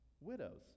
widows